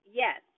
yes